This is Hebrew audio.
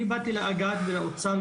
אני באתי לאגף תקציבים ולאוצר,